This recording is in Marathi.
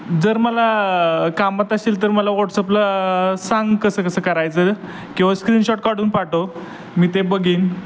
जर मला कामात असशील तर मला वॉट्सअपला सांग कसं कसं करायचं किंवा स्क्रीनशॉट काढून पाठव मी ते बघीन